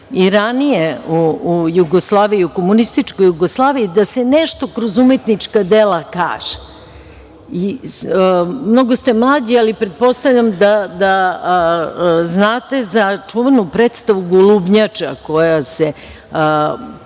i ranije u Jugoslaviji, u komunističkoj Jugoslaviji da se nešto kroz umetnička dela kaže. Mnogo ste mlađi, ali pretpostavljam da znate za čuvenu predstavu „Golubnjača“, koja se